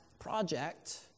project